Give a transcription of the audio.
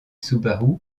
subaru